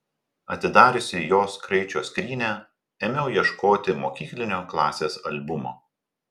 atidariusi jos kraičio skrynią ėmiau ieškoti mokyklinio klasės albumo